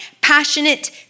passionate